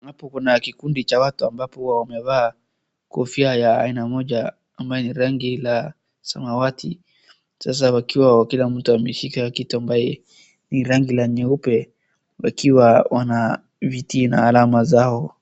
Hapo kuna kikundi cha watu ambapo huwa wamevaa kofia ya aina moja ambaye ni rangi la samawati sasa wakiwa kila mtu ameshika kitu ambaye ni rangi la nyeupe wakiwa wana miti na alama zao.